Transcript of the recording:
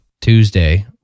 Tuesday